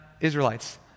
Israelites